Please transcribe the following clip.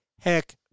heck